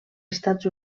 estats